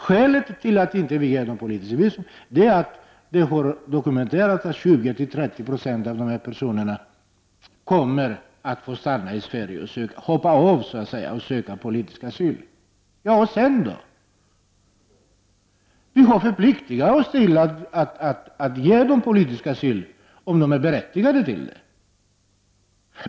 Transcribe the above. Skälet till att de inte får besöksvisum är att det har dokumenterats att 20-30 20 av dessa personer kommer att ”hoppa av” till Sverige och söka politisk asyl. Ja, än sedan då? Sverige har förpliktigat sig att ge dessa personer politisk asyl om de är berättigade till det.